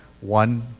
One